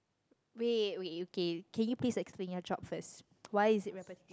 wait wait okay can you please explain your job first why is it repetitive